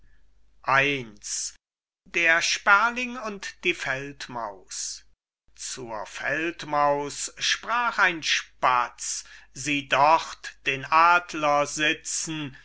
der sperling und die feldmaus zur feldmaus sprach ein spatz sieh dort den adler sitzen